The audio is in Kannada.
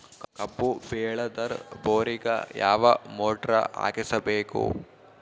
ಕಬ್ಬು ಬೇಳದರ್ ಬೋರಿಗ ಯಾವ ಮೋಟ್ರ ಹಾಕಿಸಬೇಕು?